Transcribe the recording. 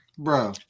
Bro